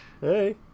Hey